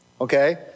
okay